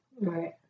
Right